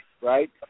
right